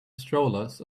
strollers